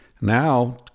Now